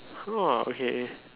!woah! okay